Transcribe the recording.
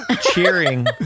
cheering